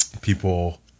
people